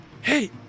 hey